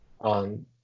on